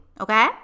okay